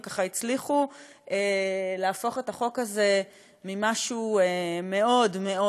וככה הצליחו להפוך את החוק הזה ממשהו מאוד מאוד